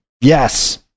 yes